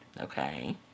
Okay